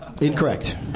incorrect